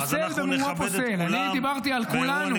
-- אז אנחנו נכבד את כולם -- דיברתי על כולנו.